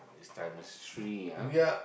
is times three ah